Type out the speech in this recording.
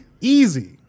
easy